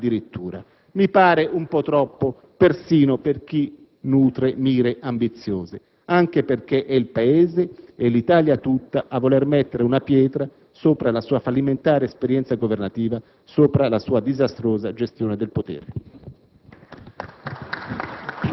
di risorgere. Mi pare un po' troppo persino per chi nutre mire ambiziose, anche perché è il Paese, l'Italia tutta, a voler mettere una pietra sopra la sua fallimentare esperienza governativa, sopra la sua disastrosa gestione del potere.